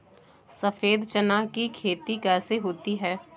सफेद चना की खेती कैसे होती है?